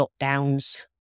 lockdowns